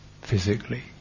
physically